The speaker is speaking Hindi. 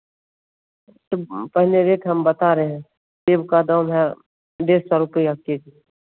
तो हाँ पहले रेट हम बता रहे हैं सेव का दाम है डेढ़ सौ रुपये के जी